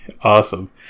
Awesome